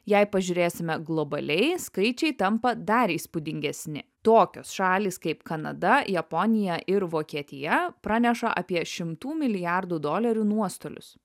jei pažiūrėsime globaliai skaičiai tampa dar įspūdingesni tokios šalys kaip kanada japonija ir vokietija praneša apie šimtų milijardų dolerių nuostolius